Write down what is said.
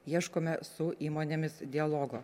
ieškome su įmonėmis dialogo